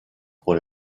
pour